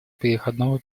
переходного